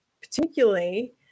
particularly